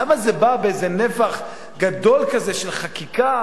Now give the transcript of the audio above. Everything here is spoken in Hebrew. למה זה בא באיזה נפח גדול כזה של חקיקה.